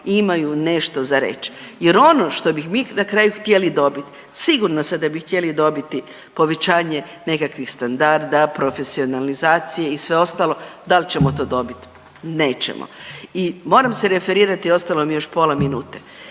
imaju nešto za reći. Jer ono što bi na kraju htjeli dobiti sigurna sam da bi htjeli dobiti povećanje nekakvih standarda, profesionalizacije i sve ostalo. Da li ćemo to dobiti? Nećemo. I moram se referirati ostalo mi je još pola minute,